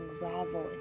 unravel